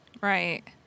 Right